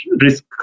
risk